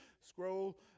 scroll